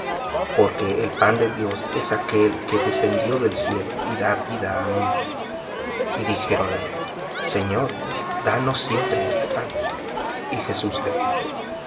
porque el pan de dios es aquel que descendió del cielo y da vida al mundo y dijéronle señor danos siempre este pan y jesús les dijo